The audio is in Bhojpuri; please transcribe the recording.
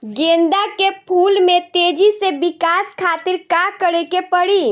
गेंदा के फूल में तेजी से विकास खातिर का करे के पड़ी?